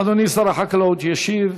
אדוני שר החקלאות ישיב.